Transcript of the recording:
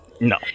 no